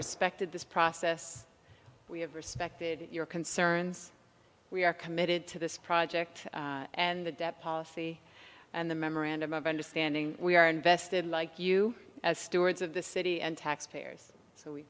respected this process we have respected your concerns we are committed to this project and that policy and the memorandum of understanding we are invested in like you as stewards of the city and taxpayers so we